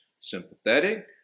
sympathetic